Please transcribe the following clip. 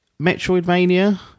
Metroidvania